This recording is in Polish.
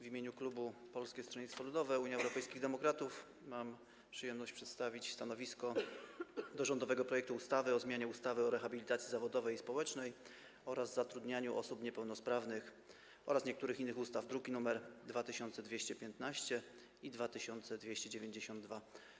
W imieniu klubu Polskiego Stronnictwa Ludowego - Unii Europejskich Demokratów mam przyjemność przedstawić stanowisko wobec rządowego projektu ustawy o zmianie ustawy o rehabilitacji zawodowej i społecznej oraz zatrudnianiu osób niepełnosprawnych oraz niektórych innych ustaw, druki nr 2215 i 2292.